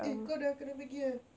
eh kau dah kena pergi ah